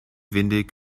windig